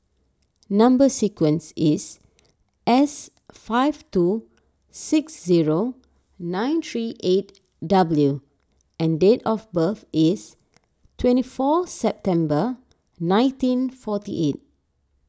Number Sequence is S five two six zero nine three eight W and date of birth is twenty four September nineteen forty eight